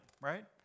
right